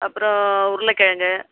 அப்புறம் உருளைக்கெழங்கு